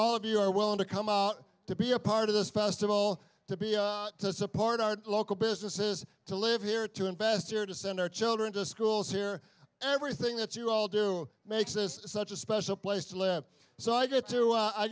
all of you are willing to come out to be a part of this festival to be to support our local businesses to live here to invest here to send our children to schools here everything that you all do makes this such a special place to live so i get to